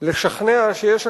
לשכנע שיש הקפאה,